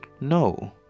no